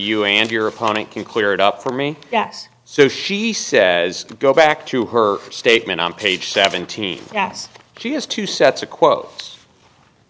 you and your opponent can clear it up for me yes so she says go back to her statement on page seventeen yes she has two sets of quotes